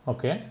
Okay